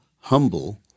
humble